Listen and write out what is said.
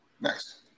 Next